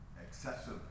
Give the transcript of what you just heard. excessive